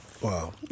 Wow